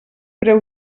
breu